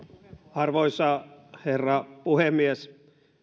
arvoisa herra puhemies